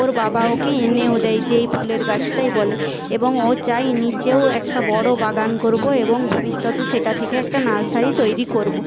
ওর বাবা ওকে এনেও দেয় যেই ফুলের গাছটাই বলে এবং ও চায় নিচেও একটা বড়ো বাগান করব এবং ভবিষ্যতে সেটা থেকে একটা নার্সারি তৈরি করব